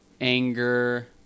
anger